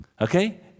Okay